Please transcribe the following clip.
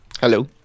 Hello